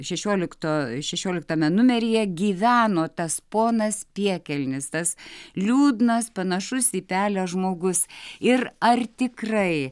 šešiolikto šešioliktame numeryje gyveno tas ponas piekelnis tas liūdnas panašus į pelę žmogus ir ar tikrai